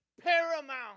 paramount